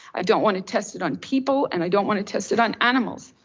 i don't wanna test it on people and i don't wanna test it on animals.